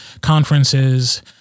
conferences